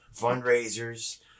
Fundraisers